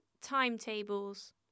timetables